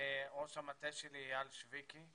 ראש המטה שלי אייל שויקי,